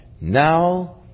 now